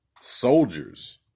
soldiers